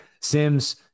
Sims